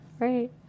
Right